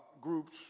groups